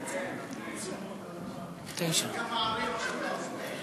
אפשר גם מעריב עכשיו לעשות.